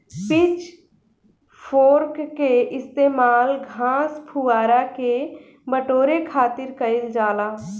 pitch fork के इस्तेमाल घास, पुआरा के बटोरे खातिर कईल जाला